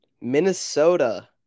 Minnesota